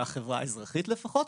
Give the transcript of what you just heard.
מהחברה האזרחית לפחות,